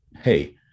hey